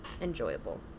enjoyable